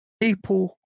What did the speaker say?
people